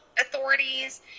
authorities